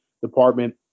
department